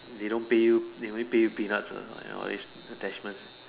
they don't pay you they only pay you peanuts lah all these attachment